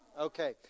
Okay